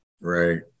Right